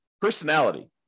personality